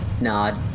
Nod